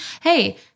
Hey